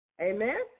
Amen